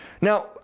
Now